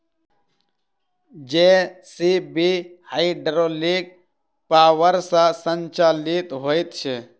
JCB hydraulic power सॅ संचालित होइत छै